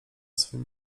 swym